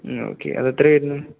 okay അത്െത്ര വെരുന്നു